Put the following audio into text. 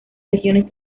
regiones